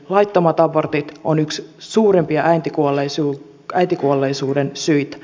laittomat abortit ovat yksi suurimpia äitikuolleisuuden syitä